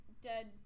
dead